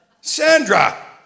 Sandra